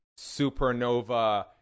supernova